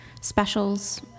specials